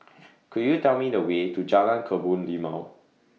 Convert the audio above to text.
Could YOU Tell Me The Way to Jalan Kebun Limau